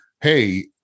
Hey